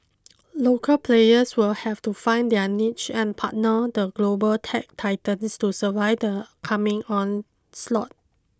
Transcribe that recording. local players will have to find their niche and partner the global tech titans to survive the coming onslaught